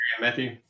Matthew